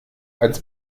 als